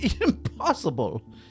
Impossible